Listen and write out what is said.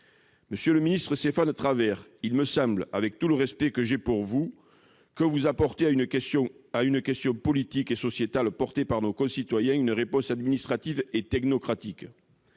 Monsieur le ministre Stéphane Travert, il me semble, avec tout le respect que j'ai pour vous, que vous apportez à une question politique et sociétale portée par nos concitoyens, une réponse administrative et technocratique.